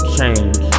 Change